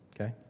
Okay